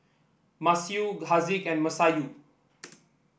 Masayu Haziq and Masayu